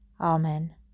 Amen